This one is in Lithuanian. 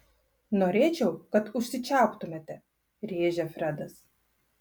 norėčiau kad užsičiauptumėte rėžia fredas